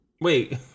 Wait